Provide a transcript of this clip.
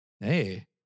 Hey